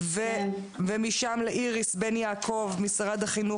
ממערך ייצוג קטינים בסיוע משפטי.